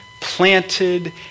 planted